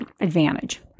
advantage